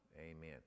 amen